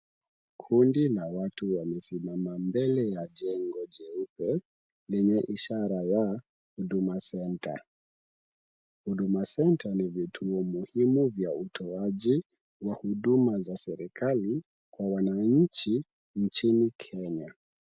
Kundi la watu wamesimama mbele ya jengo jeupe lenye ishara ya Huduma Centre. Huduma Centre ni vituo muhimu vya utoaji wa huduma za serikali kwa wananchi nchini kenya.